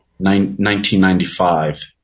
1995